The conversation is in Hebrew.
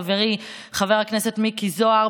חברי חבר הכנסת מיקי זוהר,